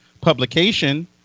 publication